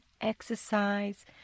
exercise